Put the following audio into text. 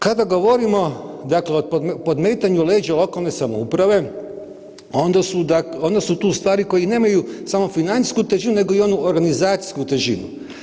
Kada govorimo dakle o podmetanju leđa lokalne samouprave onda su tu stvari koje nemaju samo financijsku težinu nego i onu organizacijsku težinu.